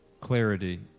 clarity